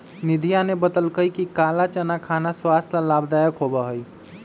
निधिया ने बतल कई कि काला चना खाना स्वास्थ्य ला लाभदायक होबा हई